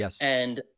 Yes